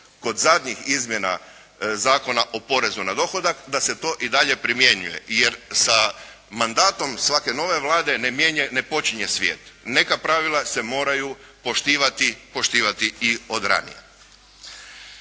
kod zadnjih izmjena Zakona o porezu na dohodak da se to i dalje primjenjuje, jer sa mandatom svake nove Vlade ne počinje svijet. Neka pravila se moraju poštivati i od ranije.